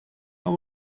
how